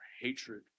hatred